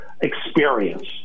experience